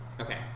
Okay